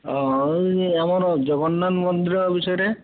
ଓଃ ହେଉ ଯେ ଆମର ଜଗନ୍ନାଥ ମନ୍ଦିର ବିଷୟରେ